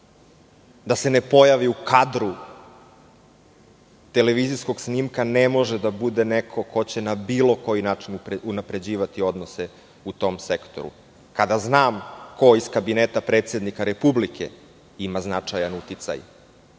da se ne pojavi u kadru televizijskog snimka, ne može da bude neko ko će na bilo koji način unapređivati odnose u tom sektoru, kada znam ko iz Kabineta predsednika Republike ima značajan uticaj